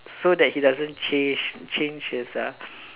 so that he doesn't change change his uh